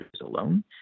alone